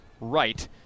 right